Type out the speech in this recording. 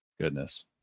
Goodness